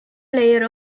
player